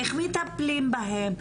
איך מטפלים בהם.